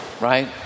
right